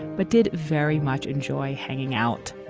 but did very much enjoy hanging out.